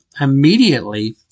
immediately